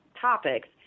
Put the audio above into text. topics